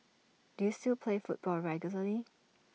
do you still play football regularly